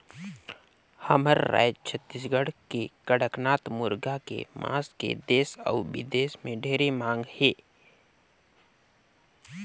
हमर रायज छत्तीसगढ़ के कड़कनाथ मुरगा के मांस के देस अउ बिदेस में ढेरे मांग हे